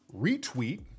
retweet